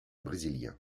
brésilien